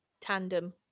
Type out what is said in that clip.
tandem